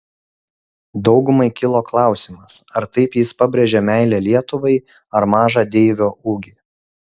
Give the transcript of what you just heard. daugumai kilo klausimas ar taip jis pabrėžė meilę lietuvai ar mažą deivio ūgį